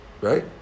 Right